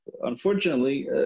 unfortunately